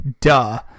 duh